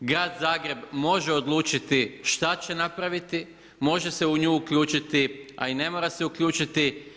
Grad Zagreb može odlučiti što će napraviti, može se u nju uključiti, a i ne mora se uključiti.